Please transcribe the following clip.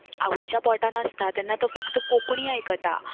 आवयच्या पोटांत आसता तेन्ना तो फकत कोंकणी आयकता